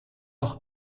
doch